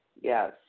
Yes